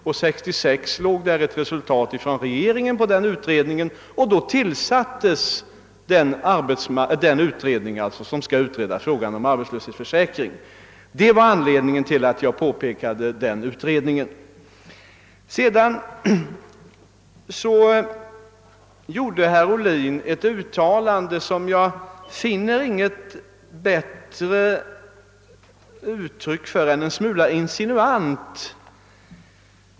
1966 hade regeringen tagit ställning till utredningens betänkande, och då tillsattes den nya utredning som skulle behandla frågan om arbetslöshetsförsäkringen. de som jag inte finner något bättre uttryck för än att det var en smula insinuant.